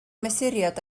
mesuriad